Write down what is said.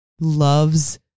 Love's